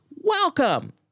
welcome